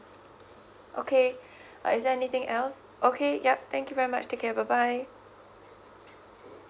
okay uh is there anything else okay yup thank you very much take care bye bye